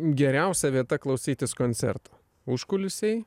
geriausia vieta klausytis koncerto užkulisiai